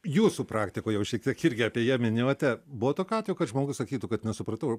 jūsų praktikoj jau šiek tiek irgi apie ją minėjote buvo tokių atvejų kad žmogus sakytų kad nesupratau